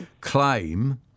claim